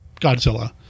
Godzilla